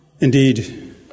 indeed